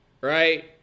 Right